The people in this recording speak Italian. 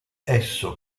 esso